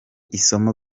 isomo